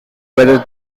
whether